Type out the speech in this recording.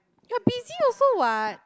you are busy also what